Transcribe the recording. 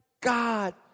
God